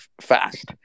fast